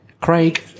Craig